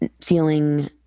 feeling